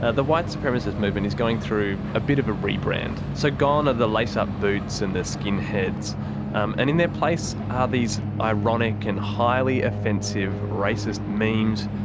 ah the white supremacist movement is going through a bit of a rebrand. so gone are the lace up boots and the skinheads um and in their place are these ironic and highly offensive racist memes,